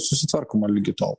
susitvarkoma ligi tol